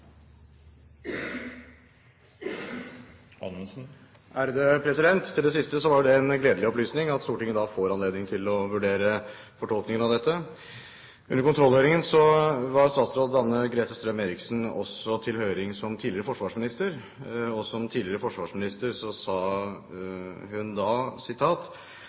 Til det siste: Det var en gledelig opplysning at Stortinget får anledning til å vurdere fortolkningen av dette. Under kontrollhøringen var statsråd Anne-Grete Strøm-Erichsen også til høring som tidligere forsvarsminister, og som tidligere forsvarsminister sa hun: